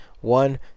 One